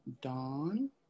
Dawn